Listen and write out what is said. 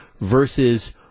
versus